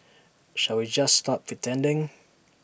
shall we just stop pretending